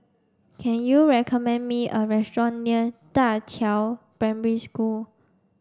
can you recommend me a restaurant near Da Qiao Primary School